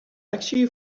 actually